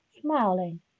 smiling